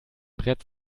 brett